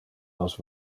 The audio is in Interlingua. nos